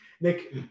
Nick